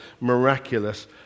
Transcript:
miraculous